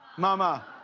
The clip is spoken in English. mama.